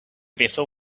vessel